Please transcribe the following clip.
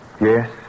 Yes